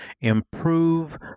improve